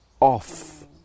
off